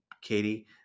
Katie